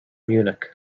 munich